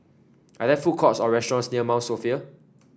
are there food courts or restaurants near Mount Sophia